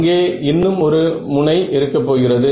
அங்கே இன்னும் ஒரு முனை இருக்க போகிறது